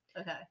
Okay